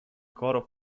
coro